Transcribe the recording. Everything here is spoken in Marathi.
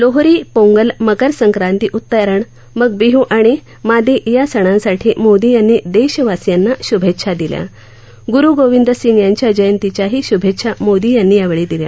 लोहरी पोंगल मकर संक्रांति उत्तरायण मग बिहू आणि मादी या सणांसाठी मोदी यांनी देशवासीयांना शुभेच्छा दिल्या ग्रुगोविंद सिंग यांच्या जयंतीच्या ही शुभेच्छा मोदी यांनी यावेळी दिल्या